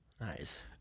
Nice